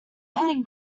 heading